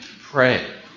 pray